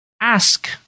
ask